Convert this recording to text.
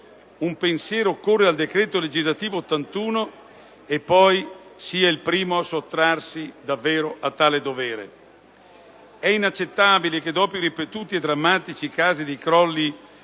(il pensiero corre al decreto legislativo n. 81 del 2008) e poi sia il primo a sottrarsi davvero a tale dovere. È inaccettabile che dopo i ripetuti e drammatici casi di crollo